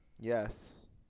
Yes